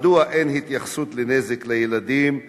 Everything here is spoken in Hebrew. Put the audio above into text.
2. מדוע אין התייחסות לנזק לילדים?